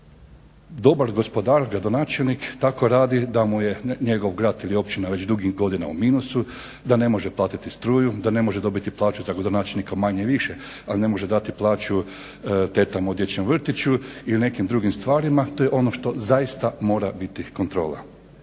da dobar gospodar, gradonačelnik tako radi da mu je njegov grad ili općina već dugi niz godina u minusu, da ne može platiti struju, da ne može dobiti plaću, za gradonačelnika manje-više ali ne može dati plaću tetama u dječjem vrtiću i u nekim drugim stvarima. To je ono što zaista mora biti kontrola.